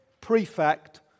prefect